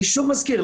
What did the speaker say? אני מזכיר שוב,